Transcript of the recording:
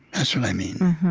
that's what i mean.